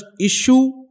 issue